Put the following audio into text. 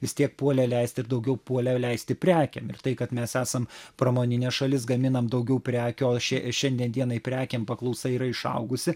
vis tiek puolė leisti ir daugiau puolė leisti prekėm ir tai kad mes esam pramoninė šalis gaminam daugiau prekių o šie šiandien dienai prekėm paklausa yra išaugusi